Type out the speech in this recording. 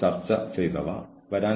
ഇവിടെ ഈ പ്രഭാഷണം ഞാൻ നിർത്തുന്നു